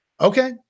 Okay